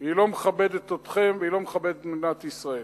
היא לא מכבדת אתכם והיא לא מכבדת את מדינת ישראל.